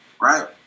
Right